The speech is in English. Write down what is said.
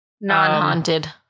Non-haunted